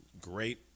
great